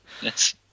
Yes